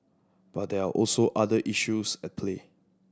but there are also other issues at play